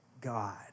God